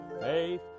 faith